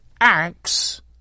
acts